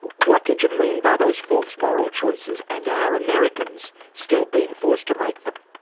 what did you mean by those false moral choices? and are americans still being forced to make them?